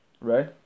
right